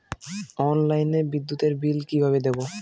অনলাইনে বিদ্যুতের বিল কিভাবে দেব?